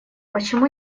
почему